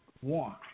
one